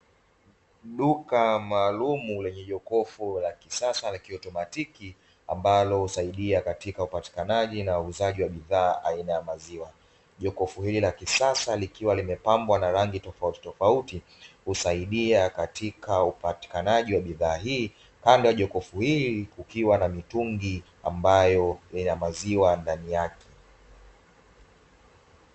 Duka maalumu lenye jokofu la kisasa la kiautomatiki, ambalo husaidia katika upatikanaji na uuzaji wa bidhaa aina ya maziwa. Jokofu hili la kisasa likiwa limepambwa na rangi tofautitofauti kusaidia katika upatikanaji wa bidhaa hii, kando ya jokofu hii kukiwa na mitungi ambayo ina maziwa ndani yake.